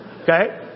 okay